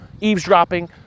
eavesdropping